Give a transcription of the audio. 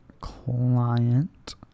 client